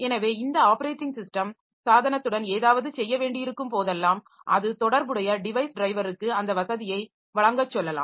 எனவே இந்த operating system சாதனத்துடன் ஏதாவது செய்ய வேண்டியிருக்கும் போதெல்லாம் அது தொடர்புடைய டிவைஸ் டிரைவருக்கு அந்த வசதியை வழங்கச் சொல்லலாம்